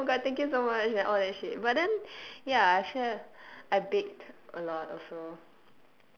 it's like !wah! oh god thank you so much and all that shit but then ya I feel I baked a lot also